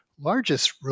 largest